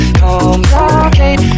complicate